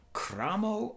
cramo